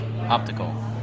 optical